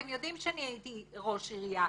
הרי אתם יודעים, אני הייתי ראש עירייה.